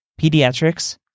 Pediatrics